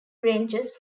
ranges